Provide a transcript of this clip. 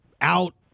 out